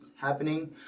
happening